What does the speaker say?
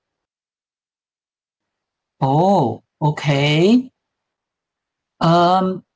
oh okay um